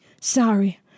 Sorry